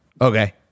okay